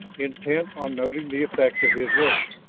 intent on noting the effect of his words.